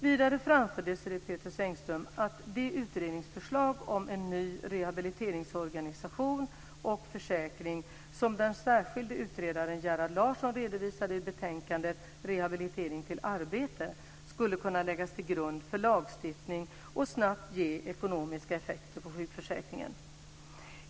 Vidare framför Désirée Pethrus Engström att det utredningsförslag om en ny rehabiliteringsorganisation och försäkring som den särskilde utredaren Gerhard Larsson redovisade i betänkandet Rehabilitering till arbete skulle kunna läggas till grund för lagstiftning och snabbt ge ekonomiska effekter på sjukförsäkringen.